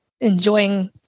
enjoying